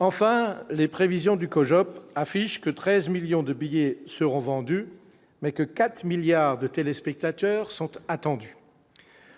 enfin les prévisions du COJO affiche que 13 millions de billets seront vendus mais que 4 milliards de téléspectateurs sont attendus :